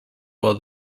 while